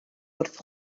wrth